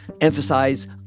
emphasize